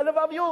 בלבביות,